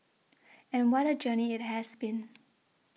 and what a journey it has been